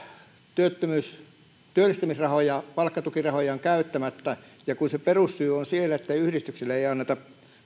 työllistämisrahoja palkkatukirahoja on käyttämättä ja kun se perussyy on siellä että yhdistyksille ei ei anneta